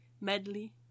medley